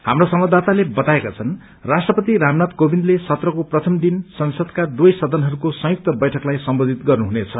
स्रामो संवादवाताले बताएका छन् राष्ट्रपति रामनाथ कोविन्द सत्रको प्रथम दिन संसदका दुवै सदनहरूको संयुक्त बैठकलाई सम्बोवित गर्नुहुनेछ